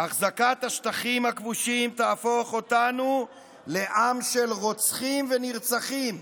"החזקת השטחים הכבושים תהפוך אותנו לעם של רוצחים ונרצחים".